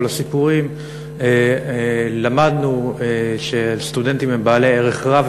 הסיפורים למדנו שסטודנטים הם בעלי ערך רב,